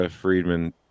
Friedman